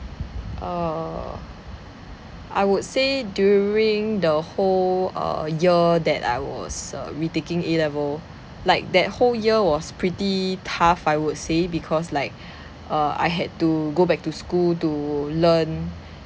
err I would say during the whole err year that I was err retaking A level like that whole year was pretty tough I would say because like err I had to go back to school to learn